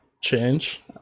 change